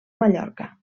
mallorca